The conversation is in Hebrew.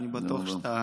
אני בטוח שאתה